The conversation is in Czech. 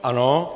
Ano.